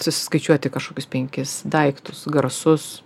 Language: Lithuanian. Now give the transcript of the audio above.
susiskaičiuoti kažkokius penkis daiktus garsus